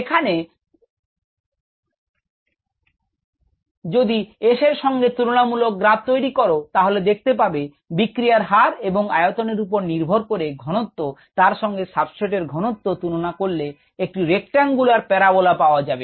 এখানে যদি সঙ্গে S এর তুলনামূলক গ্রাফ তৈরি করো তাহলে দেখতে পাবে বিক্রিয়ার হার এবং আয়তনের উপর নির্ভর করে ঘনত্ব তার সঙ্গে সাবস্ট্রেট এর ঘনত্ব তুলনা করলে একটি রেক্টাঙ্গুলার প্যারাবোলা পাওয়া যাবে